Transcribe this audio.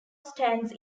stands